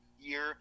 year